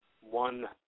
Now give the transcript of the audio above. one